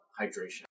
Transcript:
hydration